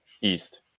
East